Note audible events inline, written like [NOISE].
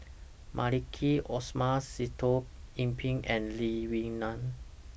[NOISE] Maliki Osman Sitoh Yih Pin and Lee Wee Nam